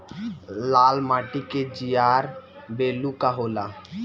लाल माटी के जीआर बैलू का होला?